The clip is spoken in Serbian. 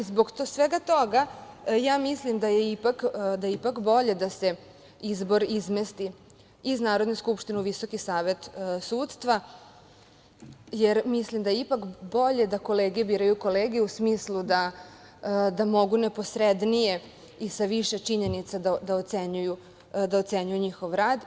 Zbog svega toga ja mislim da je ipak bolje da se izbor izmesti iz Narodne skupštine u Visoki savet sudstva, jer mislim da je ipak bolje da kolege biraju kolege u smislu da mogu neposrednije i sa više činjenica da ocenjuju njihov rad.